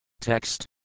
Text